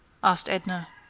asked edna.